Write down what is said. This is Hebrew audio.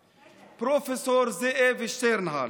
פרופ' זאב שטרנהל.